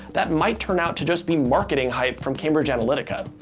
that might turn out to just be marketing hype from cambridge analytica.